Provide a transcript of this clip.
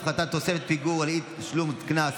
הפחתת תוספת הפיגור על אי-תשלום קנס),